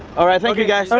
all right, thank you, guys.